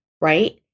right